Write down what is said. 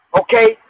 okay